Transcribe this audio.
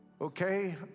okay